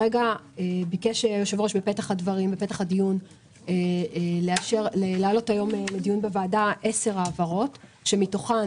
ביקש היושב ראש בפתח הדיון להעלות היום לדיון בוועדה 10 העברות מתוכן